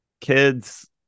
Kids